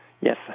Yes